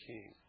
King